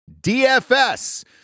DFS